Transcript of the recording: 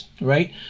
right